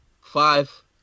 Five